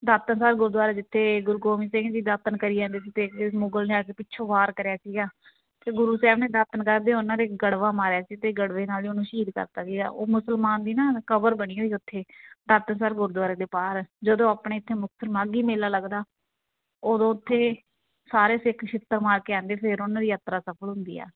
ਦਾਤਣ ਸਾਹਿਬ ਗੁਰਦੁਆਰਾ ਜਿੱਥੇ ਗੁਰੂ ਗੋਬਿੰਦ ਸਿੰਘ ਜੀ ਦਾਤਣ ਕਰੀ ਜਾਂਦੇ ਸੀ ਅਤੇ ਮੁਗਲ ਨੇ ਆ ਕੇ ਪਿੱਛੋਂ ਵਾਰ ਕਰਿਆ ਸੀਗਾ ਅਤੇ ਗੁਰੂ ਸਾਹਿਬ ਨੇ ਦਾਤਣ ਕਰਦੇ ਉਹਨਾਂ ਦੇ ਗੜਵਾ ਮਾਰਿਆ ਸੀ ਅਤੇ ਗੜਵੇ ਨਾਲ ਹੀ ਉਹਨੂੰ ਸ਼ਹੀਦ ਕਰਤਾ ਸੀਗਾ ਉਹ ਮੁਸਲਮਾਨ ਦੀ ਨਾ ਕਬਰ ਬਣੀ ਹੋਈ ਉੱਥੇ ਦਾਤਣਸਰ ਗੁਰਦੁਆਰੇ ਦੇ ਬਾਹਰ ਜਦੋਂ ਆਪਣੇ ਇੱਥੇ ਮੁਕਤਸਰ ਮਾਘੀ ਮੇਲਾ ਲੱਗਦਾ ਉਦੋਂ ਉੱਥੇ ਸਾਰੇ ਸਿੱਖ ਛਿੱਤਰ ਮਾਰ ਕੇ ਆਉਂਦੇ ਫੇਰ ਉਹਨਾਂ ਦੀ ਯਾਤਰਾ ਸਫ਼ਲ ਹੁੰਦੀ ਆ